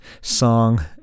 song